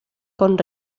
con